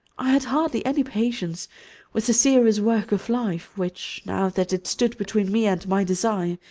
i had hardly any patience with the serious work of life which, now that it stood between me and my desire,